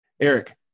eric